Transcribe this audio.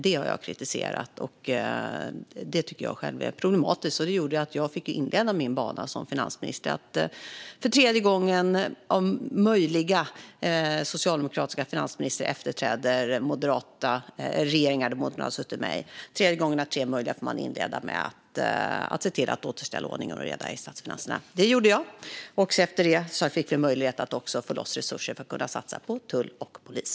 Detta har jag kritiserat och tyckt var problematiskt eftersom det innebar att en socialdemokratisk finansminister för tredje gången av tre möjliga fick inleda med att återställa ordning och reda i statsfinanserna efter en regering där moderater suttit med. Det gjorde jag, och efter det kunde vi få loss resurser för att satsa på tull och polis.